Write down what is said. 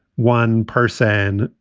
one person.